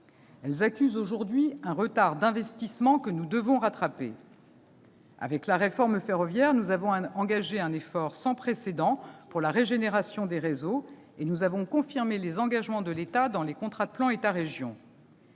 elles accusent aujourd'hui un retard en termes d'investissement, que nous devons rattraper. Avec la réforme ferroviaire, nous avons engagé un effort sans précédent dans la régénération du réseau et nous avons confirmé les engagements de l'État dans les contrats de plan État-région.